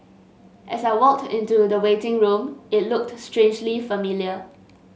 as I walked into the waiting room it looked strangely familiar